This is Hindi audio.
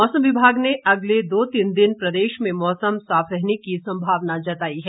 मौसम विभाग ने अगले दो तीन दिन प्रदेश में मौसम साफ रहने की संभावना जताई है